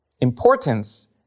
importance